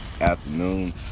afternoon